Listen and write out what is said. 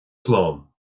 slán